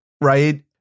right